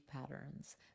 patterns